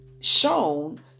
shown